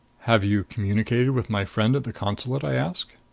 have you communicated with my friend at the consulate? i asked.